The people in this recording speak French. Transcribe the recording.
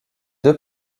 deux